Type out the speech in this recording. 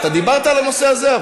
דיברת בנושא הזה.